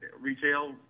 retail